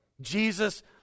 Jesus